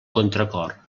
contracor